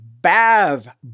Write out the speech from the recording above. Bav